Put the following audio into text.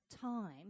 time